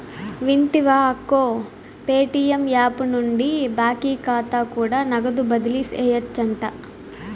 వింటివా అక్కో, Paytm app నుండి బాకీ కాతా కూడా నగదు బదిలీ సేయొచ్చంట